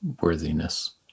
worthiness